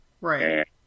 Right